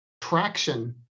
traction